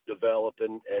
developing